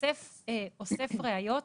אוסף ראיות,